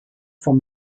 vom